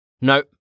No